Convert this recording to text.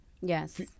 Yes